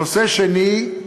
נושא שני: